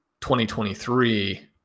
2023